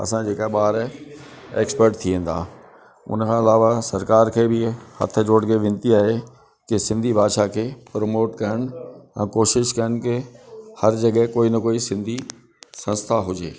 असां जेके ॿार आहिनि एक्सपट थी वेंदा उन खां अलावा सरकार खे बि हथ जोड़े वेनिती आहे कि सिंधी भाषा खे प्रमोट कन ऐं कोशिश कनि की हर जॻहि कोई न कोई सिंधी संस्था हुजे